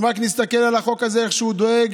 אם רק נסתכל על החוק הזה, איך הוא דואג,